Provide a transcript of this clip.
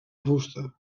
fusta